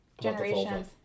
generations